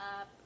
up